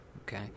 Okay